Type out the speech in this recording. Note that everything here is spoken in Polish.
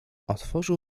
otworzył